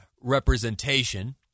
representation